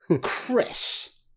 chris